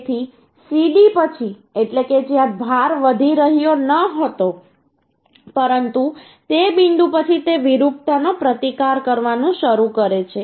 તેથી સીડી પછી એટલે કે જ્યાં ભાર વધી રહ્યો ન હતો પરંતુ તે બિંદુ પછી તે વિરૂપતા નો પ્રતિકાર કરવાનું શરૂ કરે છે